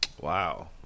Wow